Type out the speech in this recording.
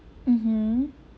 mmhmm